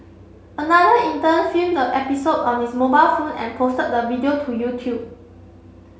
another intern filmed the episode on his mobile phone and posted the video to YouTube